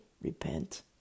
Repent